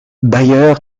bayer